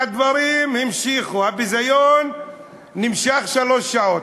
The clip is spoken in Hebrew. והדברים המשיכו, הביזיון נמשך שלוש שעות.